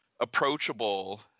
approachable